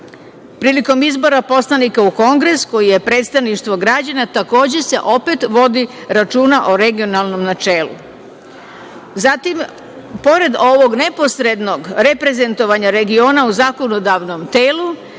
Prilikom izbor poslanika u kongres koji je predsedništvo građana takođe se opet vodi računa o regionalnom načelu. Pored ovog neposrednog reprezentovanja regiona u zakonodavnom telu